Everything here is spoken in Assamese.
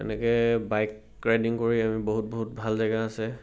এনেকে বাইক ৰাইডিং কৰি আমি বহুত বহুত ভাল জেগা আছে